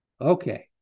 Okay